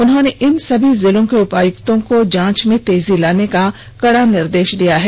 उन्होंने इन सभी जिलों के उपायुक्तों को जांच में तेजी लाने का निर्देष दिया है